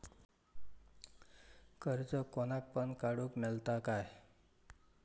कर्ज कोणाक पण काडूक मेलता काय?